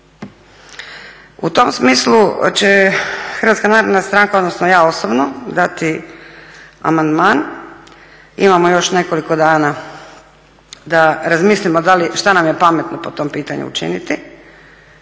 U tom smislu će HNS odnosno ja osobno dati amandman. Imamo još nekoliko dana da razmislimo šta nam je pametno po tom pitanju učiniti.